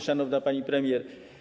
Szanowna Pani Premier!